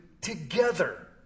together